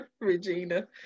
Regina